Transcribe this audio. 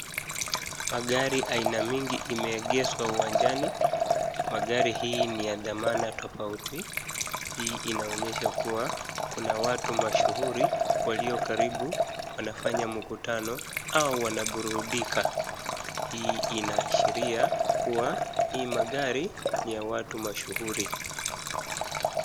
Magari aina mingi imeegeshwa uwanjani. Magari hii ni ya dhamana tofauti, hii inaonyesha kuwa kuna watu mashuhuri walio karibu wanafanya mkutano au wanaburudika, hii inaashiria kuwa hii magari ni ya watu mashuhuri.